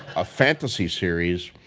a fantasy series,